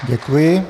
Děkuji.